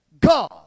God